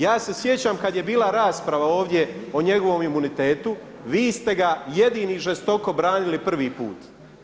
Ja se sjećam kada je bila rasprava ovdje o njegovom imunitetu, vi ste ga jedini žestoko branili prvi put.